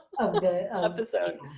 episode